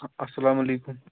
اسلامُ علیکُم